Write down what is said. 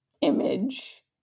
image